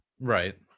right